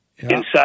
Inside